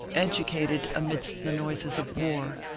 educated amidst the noises of war,